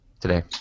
today